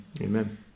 Amen